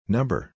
Number